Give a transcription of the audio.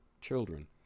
children